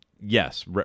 yes